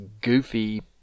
goofy